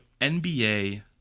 NBA